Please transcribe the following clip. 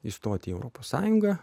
įstoti į europos sąjungą